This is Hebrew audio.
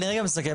אני רגע מסכם,